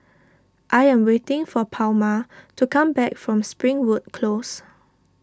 I am waiting for Palma to come back from Springwood Close